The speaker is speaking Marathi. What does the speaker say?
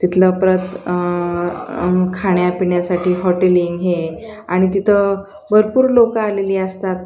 तिथलं परत खाण्यापिण्यासाठी हॉटेलिंग हे आणि तिथं भरपूर लोकं आलेली असतात